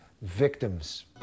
victims